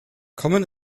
common